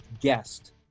guest